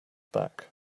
back